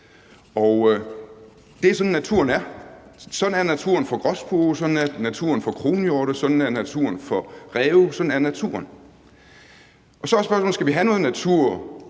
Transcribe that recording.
det er sådan, naturen er – sådan er naturen for gråspurve, sådan er naturen for kronhjorte, sådan er naturen for ræve. Sådan er naturen. Så er spørgsmålet: Skal vi have noget natur,